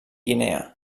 guinea